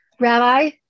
Rabbi